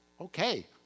Okay